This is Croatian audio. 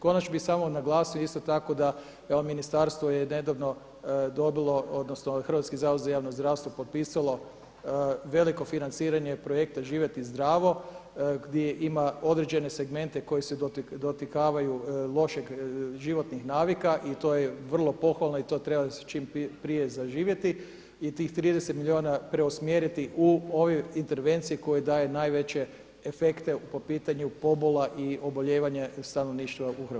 Konačno bih samo naglasio isto tako da, evo ministarstvo je nedavno dobilo, odnosno Hrvatski zavod za javno zdravstvo potpisalo veliko financiranje projekta „Živjeti zdravo“ gdje ima određene segmente koji se dotikavaju loših životnih navika i to je vrlo pohvalno i to treba čim prije zaživjeti i tih 30 milijuna preusmjeriti u ove intervencije koje daje najveće efekte po pitanju pobola i obolijevanje stanovništva u Hrvatskoj.